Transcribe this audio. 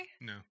No